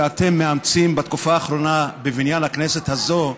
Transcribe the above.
שאתם מאמצים בתקופה האחרונה בבניין הכנסת הזאת,